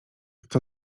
kto